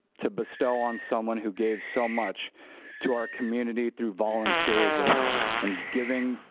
to bestow on someone who gave so much to our community through volunteerism and giving,